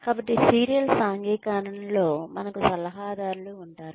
కాబట్టి సీరియల్Serial సాంఘికీకరణలో మనకు సలహాదారులు ఉంటారు